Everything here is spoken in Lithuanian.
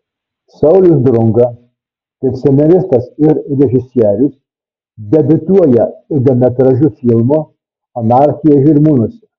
saulius drunga kaip scenaristas ir režisierius debiutuoja ilgametražiu filmu anarchija žirmūnuose